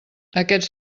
aquests